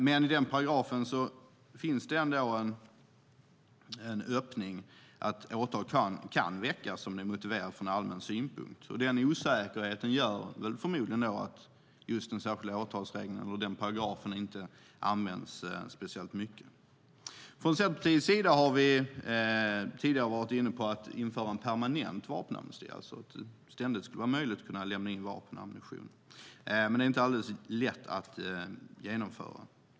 I denna paragraf finns dock en öppning för att åtal kan väckas om det är motiverat från allmän synpunkt, och den osäkerheten gör förmodligen att just den särskilda åtalsregeln och den paragrafen inte används speciellt mycket. Från Centerpartiets sida har vi tidigare varit inne på att införa en permanent vapenamnesti, alltså att det ständigt skulle vara möjligt att kunna lämna in vapen och ammunition. Det är dock inte alldeles lätt att genomföra.